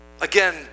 Again